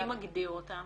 מי מגדיר אותם?